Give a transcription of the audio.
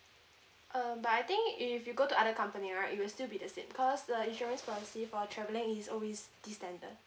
um but I think if you go to other company right it will still be the same cause the insurance policy for travelling is always this standard